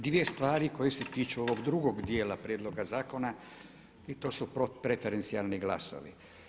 Dvije stvari koje se tiču ovog drugog dijela prijedloga zakona i to su preferencijalni glasovi.